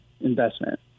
investment